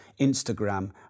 Instagram